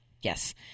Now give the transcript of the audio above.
yes